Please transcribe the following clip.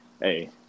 hey